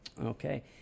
okay